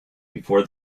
before